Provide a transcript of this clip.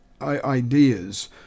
ideas